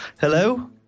Hello